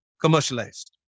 commercialized